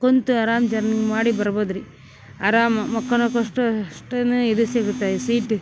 ಕುಂತು ಅರಾಮ ಜರ್ನಿ ಮಾಡಿ ಬರ್ಬೋದ್ರೀ ಅರಾಮ ಮಕ್ಕೊನಕಷ್ಟು ಅಷ್ಟನ ಇದು ಸಿಗತ್ತೆ ಈ ಸೀಟ್